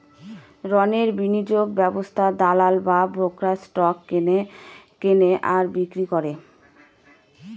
রণের বিনিয়োগ ব্যবস্থায় দালাল বা ব্রোকার স্টক কেনে আর বিক্রি করে